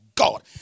God